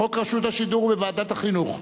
חוק רשות השידור הוא בוועדת החינוך.